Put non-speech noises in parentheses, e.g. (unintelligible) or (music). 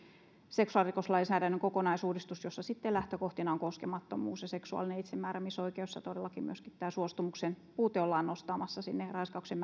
seksuaalirikoslainsäädännön kokonaisuudistus jossa lähtökohtina ovat koskemattomuus ja seksuaalinen itsemääräämisoikeus ja todellakin myöskin tämä suostumuksen puute ollaan nostamassa raiskauksen (unintelligible)